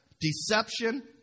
Deception